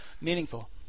meaningful